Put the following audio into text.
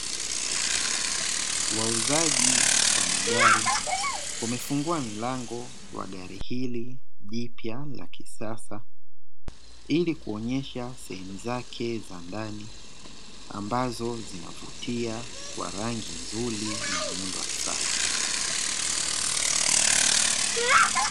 Wauzaji wa magari wamefungua mlango wa gari hili jipya la kisasa, ili kuonesha sehemu zake za ndani ambazo zinavutia kwa rangi nzuri na muundo wa kisasa.